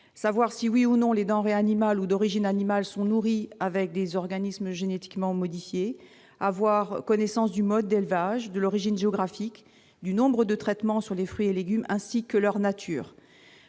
savoir si, oui ou non, les denrées animales ou d'origine animale ont été nourries avec des organismes génétiquement modifiés et connaître le mode d'élevage, l'origine géographique, le nombre des traitements opérés sur les fruits et légumes ainsi que leur nature.